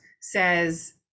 says